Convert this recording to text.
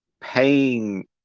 paying